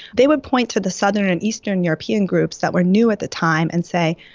they would point to the southern and eastern european groups that were new at the time and say,